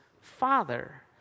father